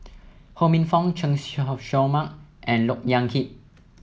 Ho Minfong Chen Show Mao and Look Yan Kit